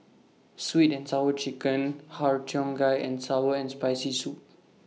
Sweet and Sour Chicken Har Cheong Gai and Sour and Spicy Soup